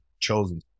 chosen